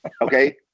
Okay